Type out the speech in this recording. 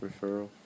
referral